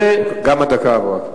גם הדקה עברה.